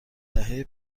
دهه